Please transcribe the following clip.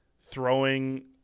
throwing